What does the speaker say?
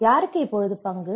யாருக்கு இப்போது பங்கு